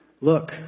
Look